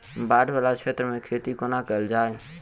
बाढ़ वला क्षेत्र मे खेती कोना कैल जाय?